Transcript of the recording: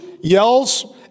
yells